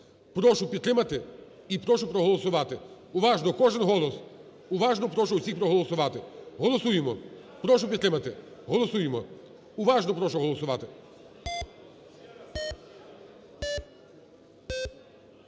Прошу підтримати і прошу проголосувати. Уважно, кожен голос! Уважно прошу всіх проголосувати. Голосуємо! Прошу підтримати. Голосуємо! Уважно прошу голосувати.